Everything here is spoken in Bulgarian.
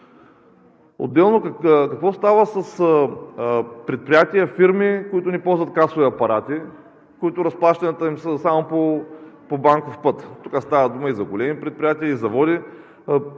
Отделно, какво става с предприятия, фирми, които не ползват касови апарати, на които разплащанията им са само по банков път? Тук става дума за големи предприятия и заводи.